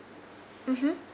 mmhmm